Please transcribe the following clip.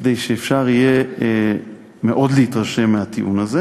מכדי שיהיה אפשר מאוד להתרשם מהטיעון הזה.